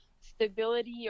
stability